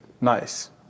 Nice